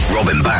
Robin